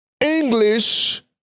English